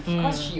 mm